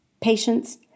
patience